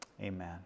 Amen